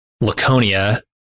Laconia